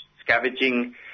scavenging